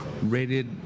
Rated